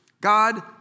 God